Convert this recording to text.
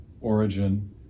origin